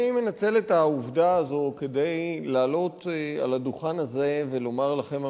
אני מנצל את העובדה הזו כדי לעלות על הדוכן הזה ולומר לכם,